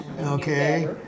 Okay